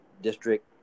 district